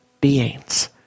beings